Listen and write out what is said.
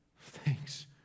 Thanks